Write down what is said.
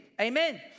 amen